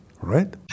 right